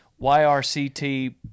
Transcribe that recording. YRCT